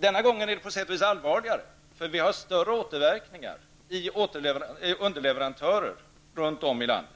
Det är på sätt och vis allvarligare denna gång eftersom vi har större återverkningar för underleverantörer runt om i landet.